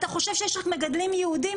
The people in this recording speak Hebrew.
אתה חושב שיש רק מגדלים יהודים?